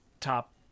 top